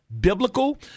Biblical